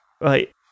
right